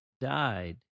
died